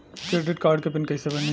Credit card के PIN कैसे बनी?